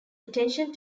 attention